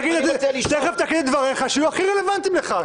תכף תגיד את דבריך שהיו הכי רלוונטיים לך.